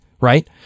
right